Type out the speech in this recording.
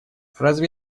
разве